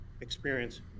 experience